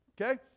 Okay